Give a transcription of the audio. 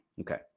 Okay